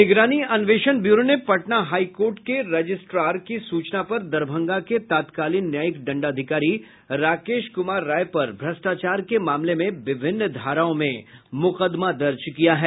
निगरानी अन्वेषण ब्यूरों ने पटना हाई कोर्ट के रजिस्टार की सूचना पर दरभंगा के तत्कालीन न्यायिक दंडाधिकारी राकेश कुमार राय पर भ्रष्टाचार के मामले में विभिन्न धाराओं में मुकदमा दर्ज किया है